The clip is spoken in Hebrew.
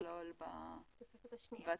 לכלול בתוספת השנייה.